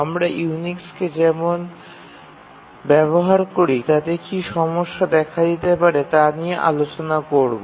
আমরা ইউনিক্সকে যেমন ব্যবহার করি তাতে কী সমস্যা দেখা দিতে পারে তা নিয়ে আলোচনা করব